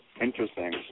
Interesting